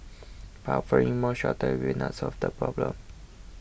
but offering more shelters will not solve the problem